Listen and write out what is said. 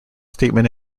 statement